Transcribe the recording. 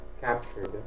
captured